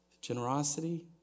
generosity